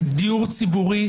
דיור ציבורי,